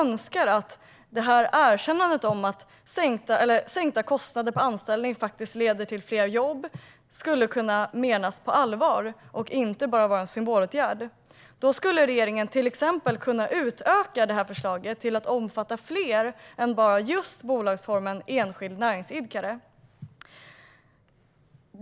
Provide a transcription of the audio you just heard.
Om erkännandet om att sänkta kostnader för anställning faktiskt leder till fler jobb skulle vara på allvar - vilket jag önskar - och inte bara en symbolåtgärd skulle regeringen till exempel kunna utöka förslaget till att omfatta fler än bara just bolagsformen enskild näringsidkare.